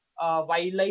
wildlife